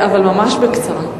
אבל ממש בקצרה.